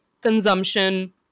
consumption